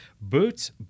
Boots